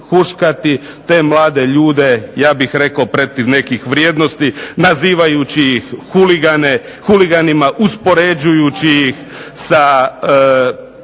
te mlade ljude ja bih rekao protiv nekih vrijednosti, nazivajući ih huliganima, uspoređujući ih sa